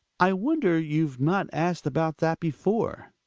i wonder you've not asked about that before?